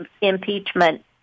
impeachment